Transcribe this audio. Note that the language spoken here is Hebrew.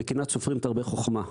וקנאת סופרים תרבה חכמה,